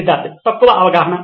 సిద్ధార్థ్ తక్కువ అవగాహన